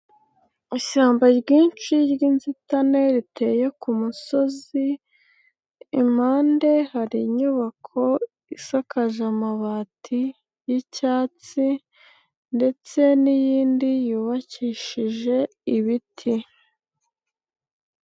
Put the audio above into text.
Ishyamba ryinshi ry'inzitane riteye ku musozi impande hari inyubako isakaje amabati y'icyatsi ndetse n'iyindi yubakishije ibiti.